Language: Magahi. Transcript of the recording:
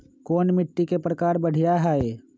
कोन मिट्टी के प्रकार बढ़िया हई?